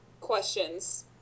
questions